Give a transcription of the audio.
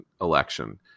election